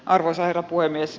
arvoisa herra puhemies